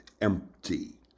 empty